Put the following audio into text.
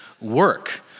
work